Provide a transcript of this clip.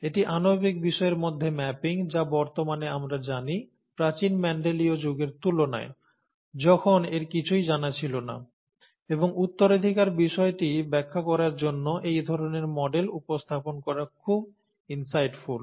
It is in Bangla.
এটি আণবিক বিষয়ের মধ্যে ম্যাপিং যা বর্তমানে আমরা জানি প্রাচীন মেন্ডেলিয় যুগের তুলনায় যখন এর কিছুই জানা ছিল না এবং উত্তরাধিকার বিষয়টি ব্যাখ্যা করার জন্য এই ধরণের মডেল উপস্থাপন করা খুব ইন্সাইটফুল